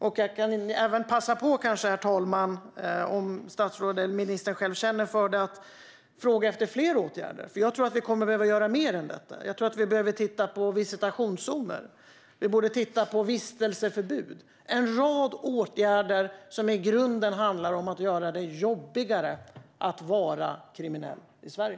Om ministern känner för att svara kan jag även passa på, herr talman, att fråga efter fler åtgärder. Jag tror nämligen att vi kommer att behöva göra mer än detta. Jag tror att vi behöver titta på visitationszoner, vistelseförbud och en rad åtgärder som i grunden handlar om att göra det jobbigare att vara kriminell i Sverige.